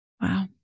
Wow